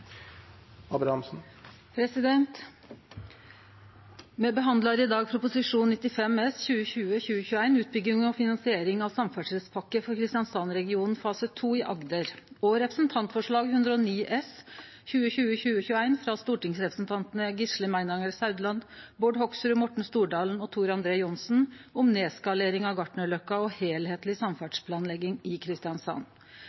minutter. Me behandlar i dag Prop. 95 S for 2020–2021, Utbygging og finansiering av Samferdselspakke for Kristiansandsregionen fase 2 i Agder, og representantforslag 109 S for 2020–2021, frå stortingsrepresentantane Gisle Meininger Saudland, Bård Hoksrud, Morten Stordalen og Tor André Johnsen, om nedskalering av Gartnerløkka og